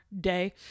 day